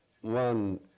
one